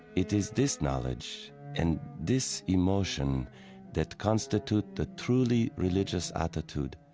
it is this knowledge and this emotion that constitute the truly religious attitude.